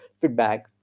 feedback